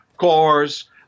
cars